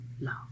love